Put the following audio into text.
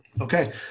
Okay